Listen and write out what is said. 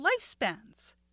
lifespans